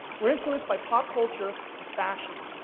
we're influenced by pop culture and fashion,